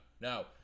no